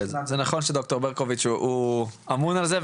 זה נכון שד"ר ברקוביץ הוא זה שאמון על זה,